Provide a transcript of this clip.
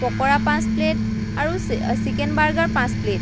পকৰা পাঁচ প্লেট আৰু chicken burger পাঁচ প্লেট